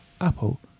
apple